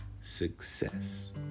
success